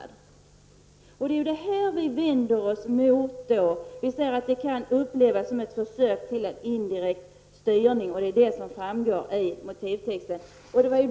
Det är detta vi vänder oss mot. Vi säger att det kan upplevas som försök till indirekt styrning. Det framgår i motivtexten.